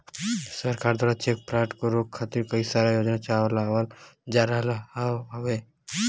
सरकार दवारा check fraud के रोके खातिर कई सारा योजना चलावल जा रहल हौ